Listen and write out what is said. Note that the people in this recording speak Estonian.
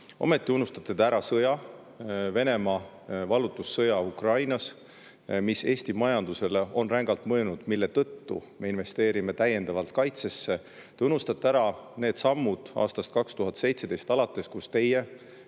Ometi unustate te ära sõja, Venemaa vallutussõja Ukrainas, mis Eesti majandusele on rängalt mõjunud, mille tõttu me investeerime täiendavalt kaitsesse. Te unustate ära need sammud aastast 2017 alates, kus teie